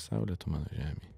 saulė tu mano žemėj